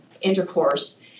intercourse